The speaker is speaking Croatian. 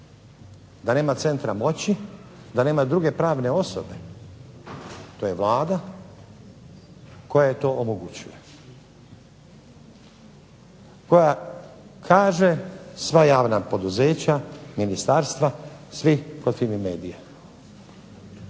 da nema centra moći, da nema druge pravne osobe. To je Vlada koja joj to omogućuje, koja kaže sva javna poduzeća, ministarstva svi kod FIMI MEDIA-e.